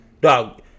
Dog